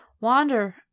Wander